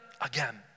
again